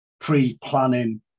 pre-planning